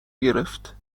گرفت